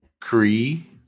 Cree